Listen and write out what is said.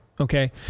okay